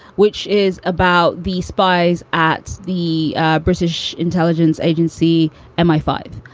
which is about the spies at the british intelligence agency and my five.